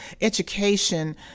education